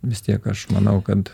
vis tiek aš manau kad